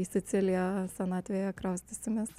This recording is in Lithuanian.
į siciliją senatvėje kraustysimės